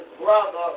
brother